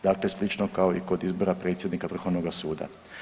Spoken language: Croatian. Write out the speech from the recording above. Dakle, slično kao i kod izbora predsjednika Vrhovnoga suda.